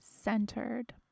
centered